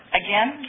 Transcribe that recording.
again